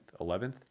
11th